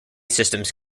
systems